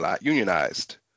unionized